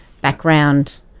background